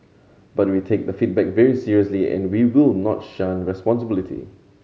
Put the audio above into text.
but we take the feedback very seriously and we will not shun responsibility